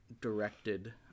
directed